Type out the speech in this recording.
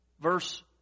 Verse